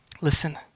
Listen